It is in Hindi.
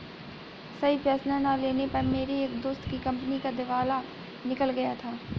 सही फैसला ना लेने पर मेरे एक दोस्त की कंपनी का दिवाला निकल गया था